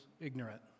ignorant